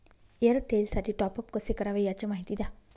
एअरटेलसाठी टॉपअप कसे करावे? याची माहिती द्या